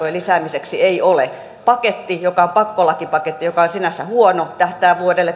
lisäämiseksi ei ole paketti joka on pakkolakipaketti mikä on sinänsä huono tähtää vuodelle